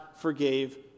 forgave